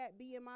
BMI